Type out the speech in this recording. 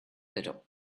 little